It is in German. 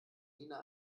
nina